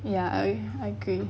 ya I I agree